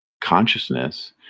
consciousness